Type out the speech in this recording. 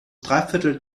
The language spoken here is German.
dreiviertel